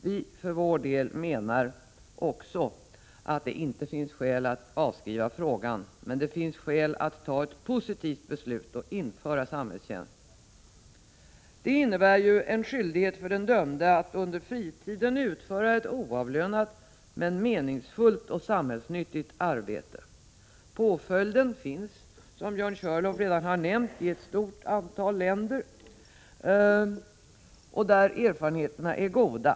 Vi för vår del menar också att det inte finns skäl att avskriva frågan, men det finns skäl att ta ett positivt beslut och införa samhällstjänst. Samhällstjänst innebär en skyldighet för den dömde att under fritiden utföra ett oavlönat men meningsfullt och samhällsnyttigt arbete. Påföljden finns, som Björn Körlof redan har nämnt, i ett stort antal länder där erfarenheterna är goda.